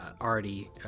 already